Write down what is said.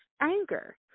anger